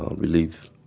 ah relief,